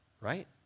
right